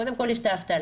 קודם כל יש את האבטלה.